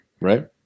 right